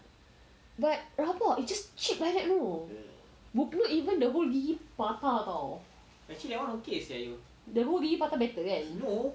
but rabak he just trip like that you know even the whole gigi patah [tau] the dua gigi patah better kan